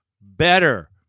better